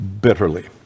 bitterly